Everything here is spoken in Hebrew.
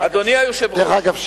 דרך אגב,